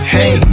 Hey